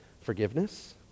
forgiveness